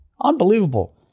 unbelievable